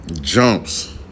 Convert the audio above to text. Jumps